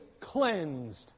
cleansed